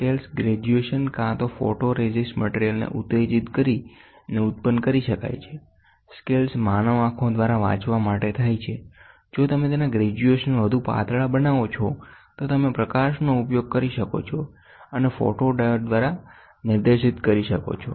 scale graduation કાં તો photoresist મટિરિયલને ઉત્તેજીત કરીને ઉત્પન્ન કરી શકાય છે સ્કેલ માનવ આંખો દ્વારા વાંચવા માટે થાય છે જો તમે તેના ગ્રેજ્યુએશન વધુ પાતળા બનાવો છો તોતમે પ્રકાશનો ઉપયોગ કરી શકો છો અને ફોટોડાયોડ દ્વારા નિર્દેશિત કરી શકો છો